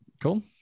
Cool